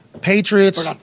Patriots